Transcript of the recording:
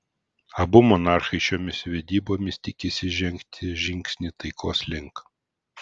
abu monarchai šiomis vedybomis tikisi žengti žingsnį taikos link